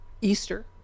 easter